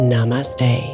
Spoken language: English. Namaste